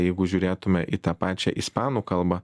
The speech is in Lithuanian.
jeigu žiūrėtume į tą pačią ispanų kalbą